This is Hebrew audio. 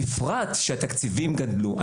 בפרט לאחר שהתקציבים גדלו.